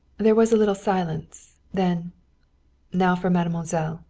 there was a little silence. then now for mademoiselle,